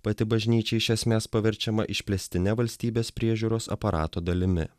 pati bažnyčia iš esmės paverčiama išplėstine valstybės priežiūros aparato dalimi